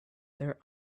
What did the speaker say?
their